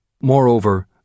Moreover